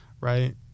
right